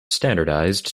standardized